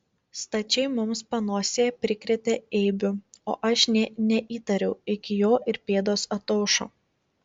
stačiai mums panosėje prikrėtę eibių o aš nė neįtariau iki jo ir pėdos ataušo